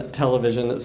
television